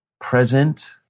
present